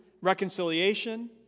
reconciliation